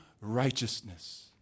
righteousness